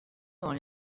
dans